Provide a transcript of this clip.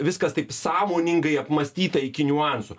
viskas taip sąmoningai apmąstyta iki niuansų